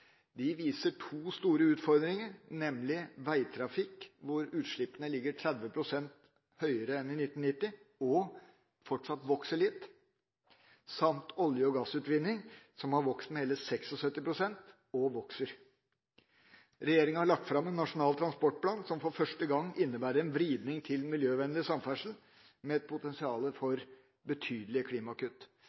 De viser to store utfordringer, nemlig veitrafikk, hvor utslippene ligger 30 pst. høyere enn i 1990, og fortsatt vokser litt, samt olje- og gassutvinning, som har vokst med hele 76 pst., og vokser. Regjeringa har lagt fram en nasjonal transportplan som for første gang innebærer en vridning til miljøvennlig samferdsel med et potensial for betydelige klimakutt.